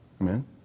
Amen